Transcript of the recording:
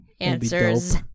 answers